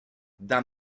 d’un